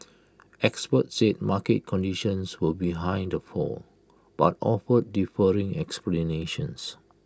experts said market conditions were behind the fall but offered differing explanations